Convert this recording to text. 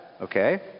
okay